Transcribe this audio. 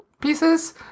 pieces